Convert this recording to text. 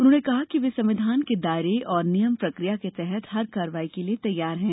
उन्होंने कहा कि वे संविधान के दायरे और नियम प्रकिया के तहत हर कार्यवाही के लिए तैयार है